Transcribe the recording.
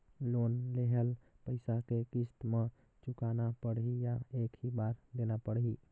Loan लेहल पइसा के किस्त म चुकाना पढ़ही या एक ही बार देना पढ़ही?